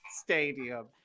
Stadium